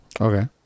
Okay